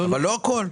אבל לא הכול.